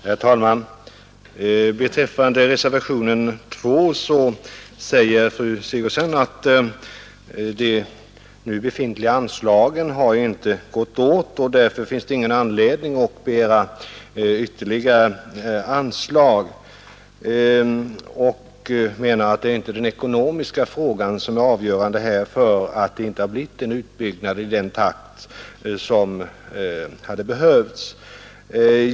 Herr talman! Beträffande reservationen 2 säger fru Sigurdsen att de nu befintliga anslagen inte har gått åt och att det därför inte finns någon anledning att begära ytterligare anslag. Och hon menar att det inte är den ekonomiska situationen som varit avgörande för att det inte har skett en utbyggnad i den takt som hade varit behövlig.